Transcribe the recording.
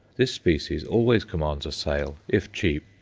this species always commands a sale, if cheap,